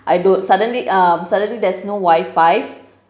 I don't suddenly um suddenly there's no wi-fi